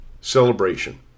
celebration